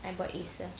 I bought Acer